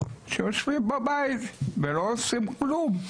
שהם יושבים בבית ולא עושים כלום.